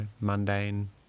mundane